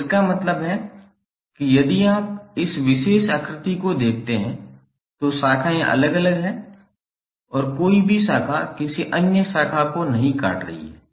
तो इसका मतलब है कि यदि आप इस विशेष आकृति को देखते हैं तो शाखाएं अलग हैं और कोई भी शाखा किसी अन्य शाखा को नहीं काट रही है